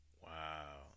Wow